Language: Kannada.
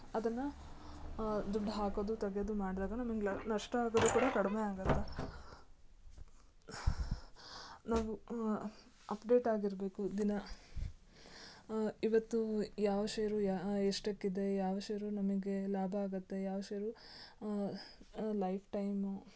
ಅದನ್ನು ದುಡ್ಡು ಹಾಕೋದು ತೆಗ್ಯೋದು ಮಾಡಿದಾಗ ನಮಗೆ ಲಾ ನಷ್ಟ ಆಗೋದು ಕೂಡ ಕಡಿಮೆ ಆಗುತ್ತೆ ನಾವು ಅಪ್ಡೇಟ್ ಆಗಿರಬೇಕು ದಿನ ಇವತ್ತೂ ಯಾವ ಶೇರು ಯಾ ಎಷ್ಟಕ್ಕೆ ಇದೆ ಯಾವ ಶೇರು ನಮಗೆ ಲಾಭ ಆಗುತ್ತೆ ಯಾವ ಶೇರು ಲೈಫ್ ಟೈಮು